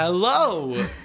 hello